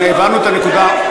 הבנו את הנקודה.